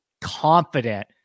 confident